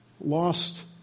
lost